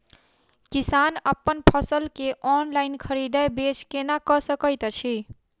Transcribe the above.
किसान अप्पन फसल केँ ऑनलाइन खरीदै बेच केना कऽ सकैत अछि?